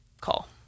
call